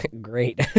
Great